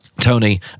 Tony